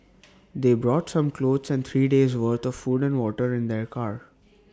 they brought some clothes and three days' worth of food and water in their car